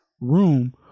room